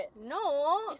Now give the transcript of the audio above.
No